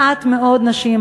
מעט מאוד נשים,